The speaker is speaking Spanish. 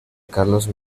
carlos